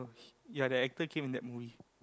ya the actor came in that movie